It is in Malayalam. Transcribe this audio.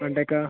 വെണ്ടയ്ക്ക